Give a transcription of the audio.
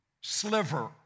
sliver